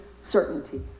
certainty